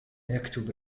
يكتب